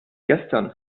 gestern